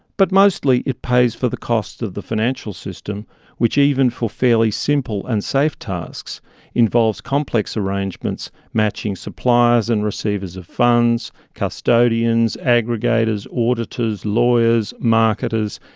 but mostly it pays the costs of the financial system which even for fairly simple and safe tasks involves complex arrangements matching suppliers and receivers of funds, custodians, aggregators, auditors, lawyers, marketers,